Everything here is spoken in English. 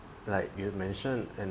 like you mention and